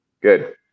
good